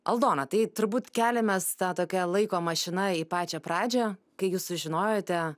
aldona tai turbūt keliamės ta tokia laiko mašina į pačią pradžią kai jūs sužinojote